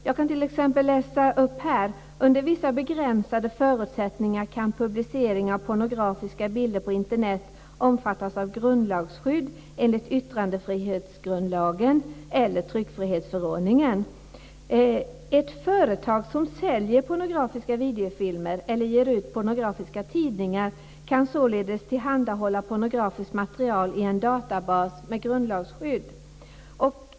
Jag kan t.ex. läsa: Under vissa begränsade förutsättningar kan publiceringar av pornografiska bilder på Internet omfattas av grundlagsskydd enligt yttrandefrihetsgrundlagen eller tryckfrihetsförordningen. Ett företag som säljer pornografiska videofilmer eller ger ut pornografiska tidningar kan således tillhandahålla pornografiskt material i en databas med grundlagsskydd.